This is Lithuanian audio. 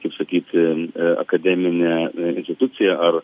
kaip sakyti akademine institucija ar